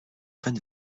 reine